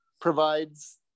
provides